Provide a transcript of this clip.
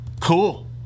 Cool